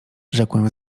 rzekłem